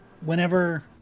whenever